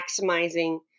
maximizing